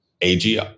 AG